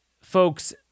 folks